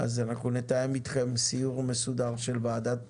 אז אנחנו נתאם איתכם סיור מסודר של ועדת